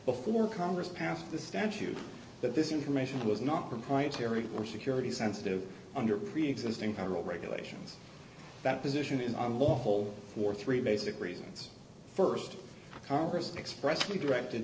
before congress passed the statute that this information was not proprietary or security sensitive under preexisting federal regulations that position is on the whole for three basic reasons st congress expressly directed